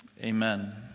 Amen